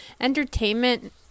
entertainment